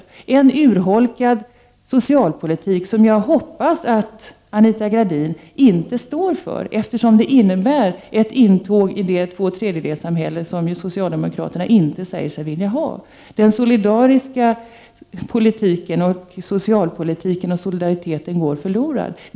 Det innebär en urholkning av socialpolitiken, som jag hoppas att Anita Gradin inte står för, eftersom det innebär ett intåg i det tvåtredjedelssamhälle som socialdemokraterna säger sig inte vilja ha. Den solidariska socialpolitiken går då förlorad.